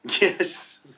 Yes